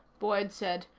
boyd said.